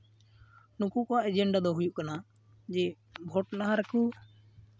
ᱱᱩᱠᱩ ᱠᱚᱣᱟᱜ ᱮᱡᱮᱱᱰᱟ ᱫᱚ ᱦᱩᱭᱩᱜ ᱠᱟᱱᱟ ᱡᱮ ᱵᱷᱳᱴ ᱞᱟᱦᱟ ᱨᱮᱠᱩ